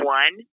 one